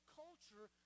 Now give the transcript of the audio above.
culture